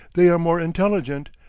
they are more intelligent,